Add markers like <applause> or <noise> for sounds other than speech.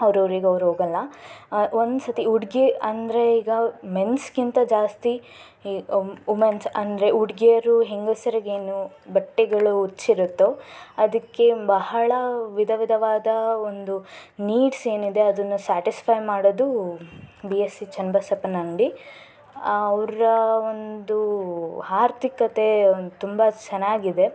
ಅವ್ರೂರಿಗೆ ಅವ್ರು ಹೋಗಲ್ಲ ಒಂದು ಸರ್ತಿ ಹುಡ್ಗಿ ಅಂದರೆ ಈಗ ಮೆನ್ಸ್ಗಿಂತ ಜಾಸ್ತಿ ವುಮೆನ್ಸ್ ಅಂದರೆ ಹುಡ್ಗಿಯರು ಹೆಂಗಸ್ರ್ಗೆ ಏನು ಬಟ್ಟೆಗಳು <unintelligible> ಅದಕ್ಕೆ ಬಹಳ ವಿಧ ವಿಧವಾದ ಒಂದು ನೀಡ್ಸ್ ಏನಿದೆ ಅದನ್ನು ಸ್ಯಾಟಿಸ್ಫೈ ಮಾಡೋದು ಬಿ ಎಸ್ ಸಿ ಚನ್ನಬಸಪ್ಪನ ಅಂಗಡಿ ಅವರ ಒಂದು ಆರ್ಥಿಕತೆ ಒಂದು ತುಂಬ ಚೆನ್ನಾಗಿದೆ